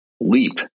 leap